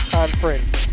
Conference